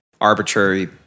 Arbitrary